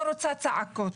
לא רוצה צעקות.